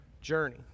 journey